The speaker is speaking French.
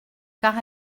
car